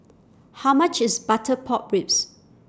How much IS Butter Pork Ribs